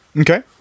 Okay